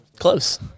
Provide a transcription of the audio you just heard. Close